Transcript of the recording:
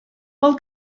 pel